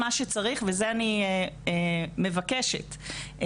מה שצריך, ואת זה אני מבקשת מיושבת-הראש,